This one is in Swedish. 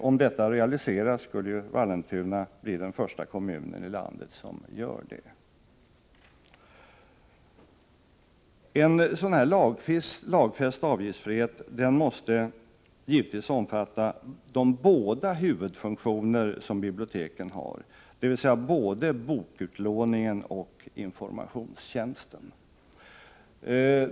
Om detta realiseras skulle Vallentuna bli den första kommunen i landet som inför avgifter. En lagfäst avgiftsfrihet måste givetvis omfatta de båda huvudfunktioner som biblioteken har, det vill säga både bokutlåningen och informationstjänsten.